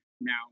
now